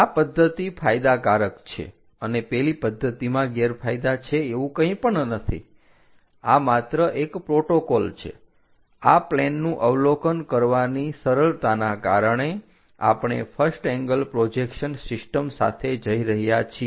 આ પદ્ધતિ ફાયદાકારક છે અને પેલી પદ્ધતિમાં ગેરફાયદા છે એવું કંઈ પણ નથી આ માત્ર એક પ્રોટોકોલ છે આ પ્લેનનું અવલોકન કરવાની સરળતાના કારણે આપણે ફર્સ્ટ એંગલ પ્રોજેક્શન સિસ્ટમ સાથે જઈ રહ્યા છીએ